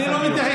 אני לא מתייחס.